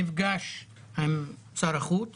נפגש עם שר החוץ